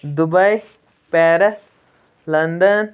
Dubai Paris London